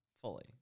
Fully